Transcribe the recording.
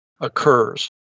occurs